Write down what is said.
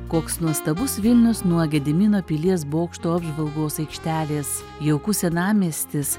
koks nuostabus vilnius nuo gedimino pilies bokšto apžvalgos aikštelės jaukus senamiestis